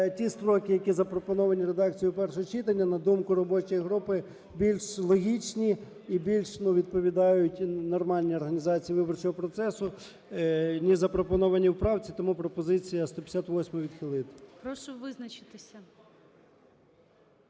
ті строки, які запропоновані редакцією першого читання, на думку робочої групи, більш логічні і більш, ну, відповідають нормальній організації виборчого процесу, ніж запропоновані у правці. Тому пропозиція: 158 відхилити. ГОЛОВУЮЧИЙ. Прошу визначитися.